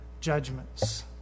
judgments